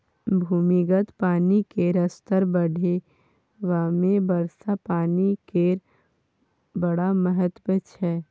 भूमिगत पानि केर स्तर बढ़ेबामे वर्षा पानि केर बड़ महत्त्व छै